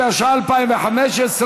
התשע"ה 2015,